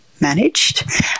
managed